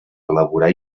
elaborar